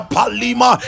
Palima